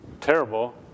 terrible